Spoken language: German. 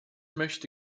möchte